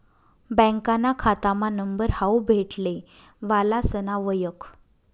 बँकाना खातामा नंबर हावू भेटले वालासना वयख